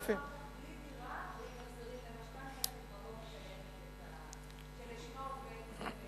הוא נשאר אחר כך בלי דירה ועם החזרי משכנתה,